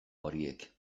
horiek